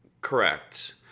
Correct